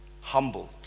Humbled